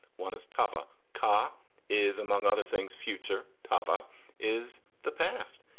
one is tava. car is, among other things, future. tava is the past.